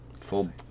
Full